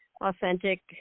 authentic